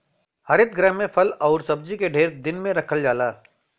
हरित गृह में फल आउर सब्जी के ढेर दिन ले रखल जाला